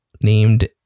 named